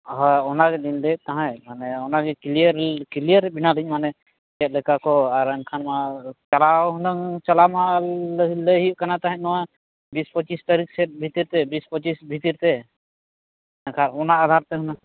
ᱦᱳᱭ ᱚᱱᱟᱜᱮᱞᱤᱧ ᱞᱟᱹᱭᱮᱫ ᱛᱟᱦᱮᱸᱫ ᱢᱟᱱᱮ ᱚᱱᱟᱜᱮ ᱠᱞᱤᱭᱟᱨᱮᱱᱟᱞᱤᱧ ᱢᱟᱱᱮ ᱪᱮᱫᱞᱮᱠᱟ ᱠᱚ ᱟᱨ ᱮᱱᱠᱷᱟᱱ ᱢᱟ ᱪᱟᱞᱟᱣ ᱦᱩᱱᱟᱹᱝ ᱪᱟᱞᱟᱣ ᱢᱟ ᱞᱟᱹᱭ ᱦᱩᱭᱩᱜ ᱠᱟᱱᱟ ᱛᱟᱦᱮᱸᱫ ᱱᱚᱣᱟ ᱵᱤᱥᱼᱯᱚᱪᱤᱥ ᱛᱟᱹᱨᱤᱠᱷ ᱥᱮᱫ ᱵᱷᱤᱛᱤᱨᱛᱮ ᱵᱤᱥᱼᱯᱚᱪᱤᱥ ᱵᱷᱤᱛᱤᱨᱛᱮ ᱮᱱᱠᱷᱟᱡ ᱚᱱᱟ ᱟᱫᱷᱟᱨᱛᱮ ᱦᱩᱱᱟᱹᱝ